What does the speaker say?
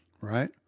Right